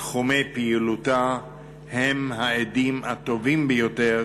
תחומי פעילותה הם העדים הטובים ביותר